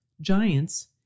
giants